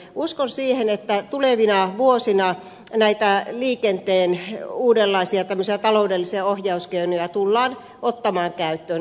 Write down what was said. uskon siihen että tulevina vuosina liikenteen uudenlaisia taloudellisia ohjauskeinoja tullaan ottamaan käyttöön